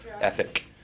ethic